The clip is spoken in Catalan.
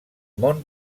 món